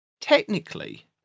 technically